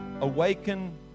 Awaken